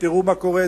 תראו מה קורה,